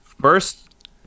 First